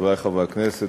חברי הכנסת,